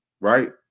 Right